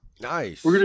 Nice